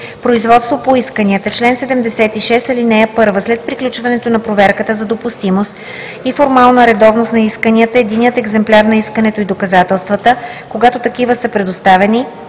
„Производство по исканията Чл. 76. (1) След приключването на проверката за допустимост и формална редовност на исканията единият екземпляр на искането и доказателствата, когато такива са представени,